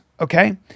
okay